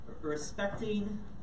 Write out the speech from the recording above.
respecting